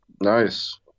nice